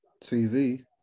TV